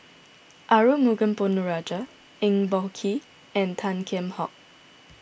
Arumugam Ponnu Rajah Eng Boh Kee and Tan Kheam Hock